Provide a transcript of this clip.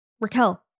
Raquel